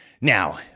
Now